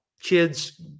kids